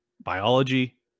biology